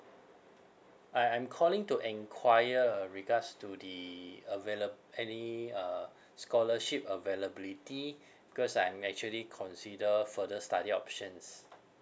I I'm calling to enquire uh regards to the availab~ any uh scholarship availability because I'm actually consider further study options